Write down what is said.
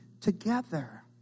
Together